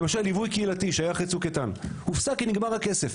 למשל ליווי קהילתי שהיה אחרי צוק איתן הופסק כי נגמר הכסף.